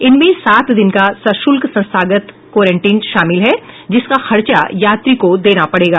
इनमें सात दिन का सश्ल्क संस्थागत क्वारंटीन शामिल है जिसका खर्चा यात्री को देना पड़ेगा